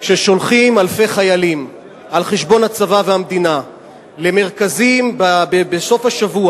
ששולחים אלפי חיילים על חשבון הצבא והמדינה למרכזים בסוף השבוע,